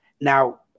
Now